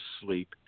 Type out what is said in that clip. sleep